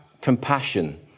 compassion